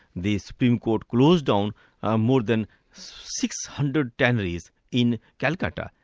the supreme court closed down ah more than six hundred tanneries in calcutta,